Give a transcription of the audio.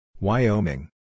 Wyoming